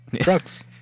Trucks